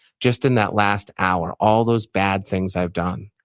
just in that last hour, all those bad things i've done.